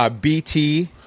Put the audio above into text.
BT